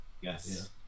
Yes